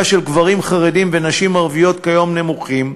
של גברים חרדים ונשים ערביות כיום נמוכים,